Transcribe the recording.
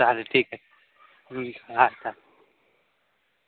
चालेल ठीक आहे हा चालेल